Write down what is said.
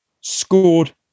scored